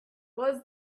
was